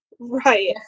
right